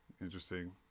interesting